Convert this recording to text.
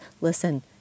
listen